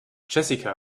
jessica